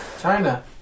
China